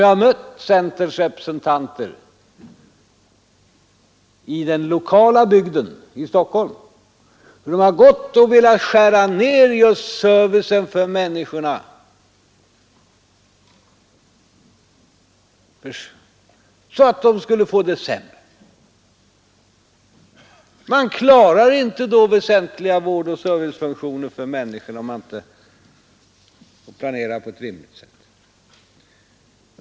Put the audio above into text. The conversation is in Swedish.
Vi har sett hur centerns företrädare på det lokala planet i Stockholm har velat skära ner just servicen för människorna, så att de skulle få det sämre. Man klarar inte väsentliga vårdoch servicefunktioner för människorna, om man inte planerar på ett rimligt sätt.